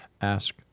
Ask